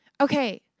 Okay